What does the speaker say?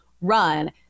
run